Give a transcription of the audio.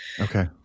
Okay